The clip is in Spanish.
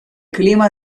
clima